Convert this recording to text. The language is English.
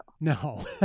No